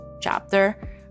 chapter